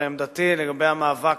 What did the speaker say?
הרי עמדתי לגבי המאבק